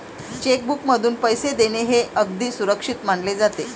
check बुकमधून पैसे देणे हे अगदी सुरक्षित मानले जाते